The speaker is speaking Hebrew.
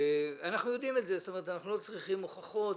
אנחנו יודעים את זה, אנחנו לא צריכים הוכחות